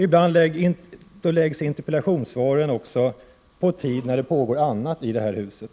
Ibland läggs interpellationsdebatter också på tider när det pågår annat i huset.